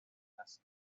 las